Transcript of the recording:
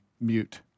mute